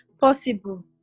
possible